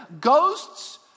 Ghosts